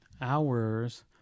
hours